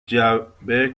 جعبه